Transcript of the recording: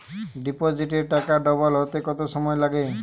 ডিপোজিটে টাকা ডবল হতে কত সময় লাগে?